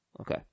Okay